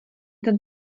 ten